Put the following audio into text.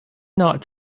not